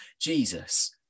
Jesus